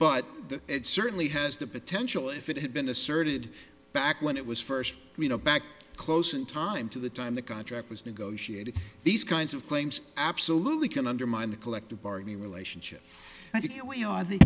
but it certainly has the potential if it had been asserted back when it was first you know back close in time to the time the contract was negotiated these kinds of claims absolutely can undermine the collective bargaining relationship